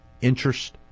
interest